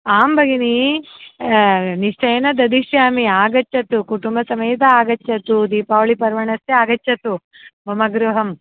आं भगिनि निश्चयेन दास्यामि आगच्छतु कुटुम्बसमेतम् आगच्छतु दीपावलिपर्वणः आगच्छतु मम गृहम्